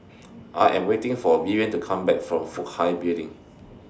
I Am waiting For Vivienne to Come Back from Fook Hai Building